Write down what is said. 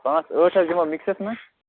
پانٛژ ٲٹھ حظ دِمو مِکسَس منٛز